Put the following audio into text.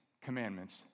commandments